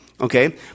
Okay